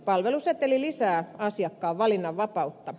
palveluseteli lisää asiakkaan valinnanvapautta